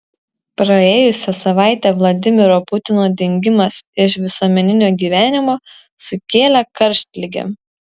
praėjusią savaitę vladimiro putino dingimas iš visuomeninio gyvenimo sukėlė karštligę